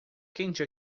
quente